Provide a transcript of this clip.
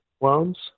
loans